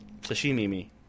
Sashimi